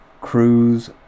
Cruise